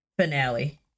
finale